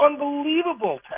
unbelievable